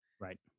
right